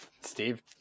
Steve